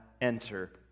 enter